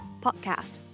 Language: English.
podcast